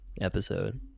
episode